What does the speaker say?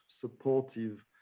supportive